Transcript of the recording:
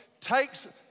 takes